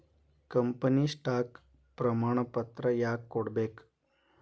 company stock ಪ್ರಮಾಣಪತ್ರ ಯಾಕ ಕೊಡ್ಬೇಕ್